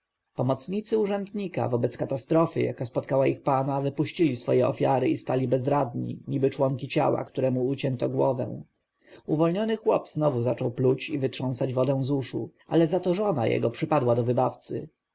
pomocnicy urzędnika wobec katastrofy jaka spotkała ich pana wypuścili swoje ofiary i stali bezradni niby członki ciała któremu ucięto głowę uwolniony chłop znowu zaczął pluć i wytrząsać wodę z uszu ale zato żona jego przypadła do wybawcy